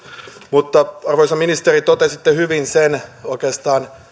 mutta arvoisa ministeri totesitte hyvin oikeastaan